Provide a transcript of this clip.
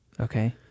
Okay